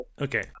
Okay